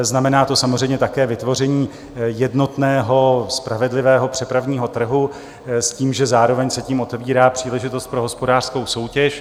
Znamená to samozřejmě také vytvoření jednotného spravedlivého přepravního trhu s tím, že zároveň se tím otevírá příležitost pro hospodářskou soutěž.